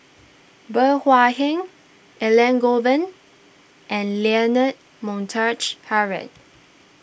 Bey Hua Heng Elangovan and Leonard Montague Harrod